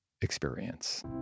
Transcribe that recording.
experience